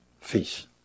feast